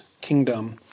kingdom